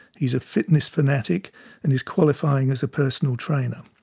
he's a fitness fanatic and is qualifying as a personal trainer.